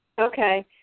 Okay